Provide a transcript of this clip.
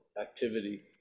activity